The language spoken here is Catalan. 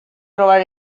trobar